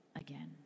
again